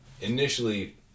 initially